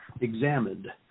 examined